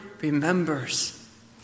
remembers